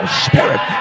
spirit